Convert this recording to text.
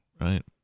right